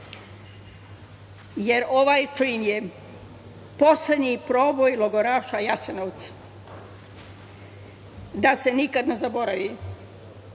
Ovaj čin je poslednji proboj logoraša Jasenovca da se nikad ne zaboravi.